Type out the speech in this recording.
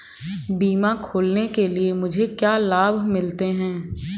बीमा खोलने के लिए मुझे क्या लाभ मिलते हैं?